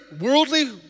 worldly